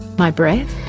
my breath?